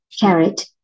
carrot